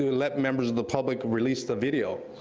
let members of the public release the video.